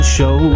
Show